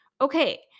Okay